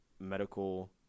medical –